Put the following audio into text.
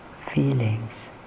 feelings